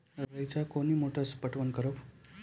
रेचा कोनी मोटर सऽ पटवन करव?